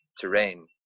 terrain